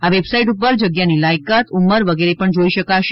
આ website ઉપર જગ્યાની લાયકાત ઉંમર વગેરે પણ જોઇ શકાશે